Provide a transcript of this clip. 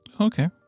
Okay